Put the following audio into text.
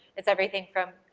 it's everything from